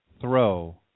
throw